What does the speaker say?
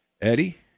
Eddie